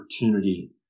opportunity